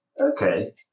Okay